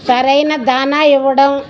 సరైన దానా ఇవ్వడం